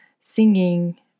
singing